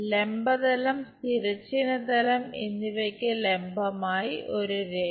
ലംബ തലം തിരശ്ചീന തലം എന്നിവയ്ക്ക് ലംബമായി ഒരു രേഖ